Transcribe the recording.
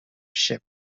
ship